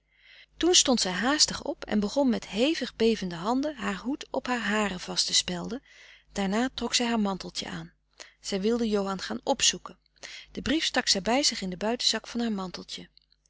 toen stond zij haastig op en begon met hevig bevende handen haar hoed op haar haren vast te spelden daarna trok zij haar manteltje aan zij wilde johan gaan opzoeken den brief stak zij bij zich in den buitenzak van haar manteltje